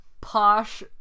posh